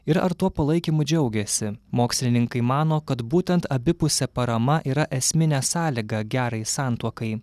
ir ar tuo palaikymu džiaugiasi mokslininkai mano kad būtent abipusė parama yra esminė sąlyga gerai santuokai